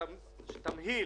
רק בתמהיל